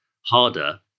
harder